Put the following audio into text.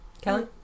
kelly